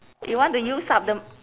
you want to use up the m~